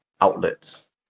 outlets